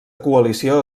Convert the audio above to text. coalició